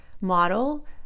model